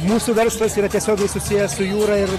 mūsų verslas yra tiesiogiai susijęs su jūra ir